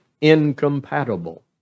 incompatible